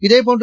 இதேபோன்று